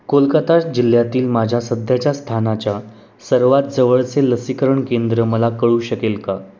कोलकत्ता जिल्ह्यातील माझ्या सध्याच्या स्थानाच्या सर्वात जवळचे लसीकरण केंद्र मला कळू शकेल का